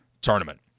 tournament